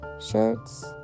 shirts